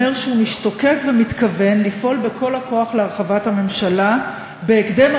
אומר שהוא משתוקק ומתכוון לפעול בכל הכוח להרחבת הממשלה בהקדם,